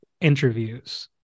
interviews